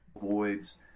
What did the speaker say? voids